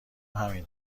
همین